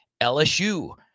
LSU